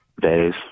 days